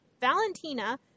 Valentina